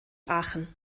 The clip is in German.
aachen